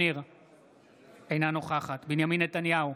אינה נוכחת בנימין נתניהו,